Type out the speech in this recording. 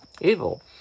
Evil